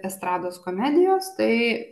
estrados komedijos tai